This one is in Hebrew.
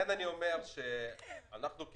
אני סותם עד שהם מפסיקים ואז אני ממשיך לדבר.